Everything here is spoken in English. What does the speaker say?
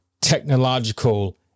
technological